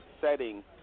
setting